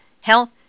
health